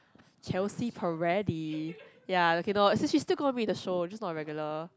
Chealsea-Perreti ya okay no as in she's still gonna be in the show just not a regular